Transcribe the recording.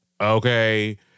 Okay